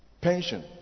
pension